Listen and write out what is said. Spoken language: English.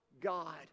god